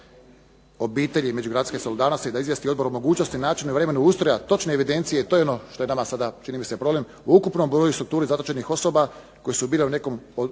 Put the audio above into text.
obitelji i međugeneracijske solidarnosti da izvijesti odbor o mogućnosti, načinu i vremenu ustroja točne evidencije i to je ono što je nama sada čini mi se problem u ukupnom broju i strukturi zatočenih osoba koje su bile u nekom